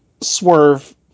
swerve